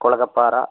കുളഗ പാറ